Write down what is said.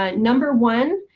ah number one,